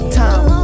time